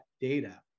data